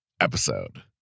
episode